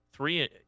Three